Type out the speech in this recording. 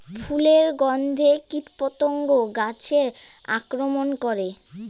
ফুলের গণ্ধে কীটপতঙ্গ গাছে আক্রমণ করে?